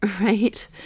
right